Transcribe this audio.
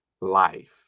life